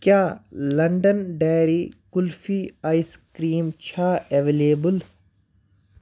کیٛاہ London dairy kulfi ice cream چھا available